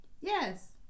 Yes